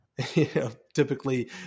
typically